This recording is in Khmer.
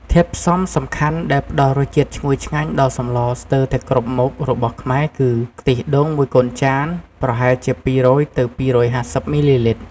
ធាតុផ្សំសំខាន់ដែលផ្ដល់រសជាតិឈ្ងុយឆ្ងាញ់ដល់សម្លស្ទើរតែគ្រប់មុខរបស់ខ្មែរគឺ ខ្ទិះដូងមួយកូនចាន ប្រហែលជា ២០០ ទៅ ២៥០ មីលីលីត្រ។